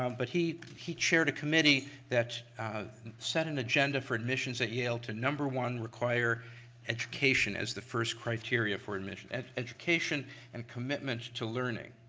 um but he he chaired a committee that set an agenda for admissions at yale to number one require education as the first criteria for admission, education and commitment to learning.